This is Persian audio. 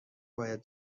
باید